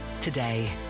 today